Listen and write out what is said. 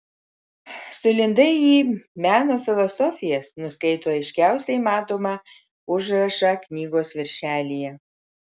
sulindai į meno filosofijas nuskaito aiškiausiai matomą užrašą knygos viršelyje